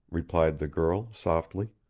replied the girl, softly.